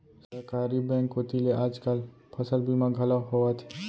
सहकारी बेंक कोती ले आज काल फसल बीमा घलौ होवथे